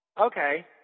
okay